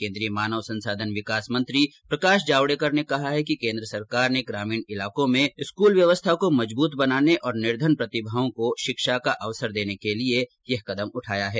केन्द्रीय मानव संसाधन विकास मंत्री प्रकाश जावडेकर ने कहा कि केन्द्र सरकार ने ग्रामीण इलाकों में स्कूल व्यवस्था को मजबूत बनाने और निर्धन प्रतिभाओं को शिक्षा का अवसर देने के लिये यह कदम उठाया है